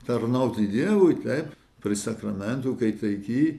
tarnauti dievui taip prie sakramentų kai teiki